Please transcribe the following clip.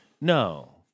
No